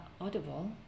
audible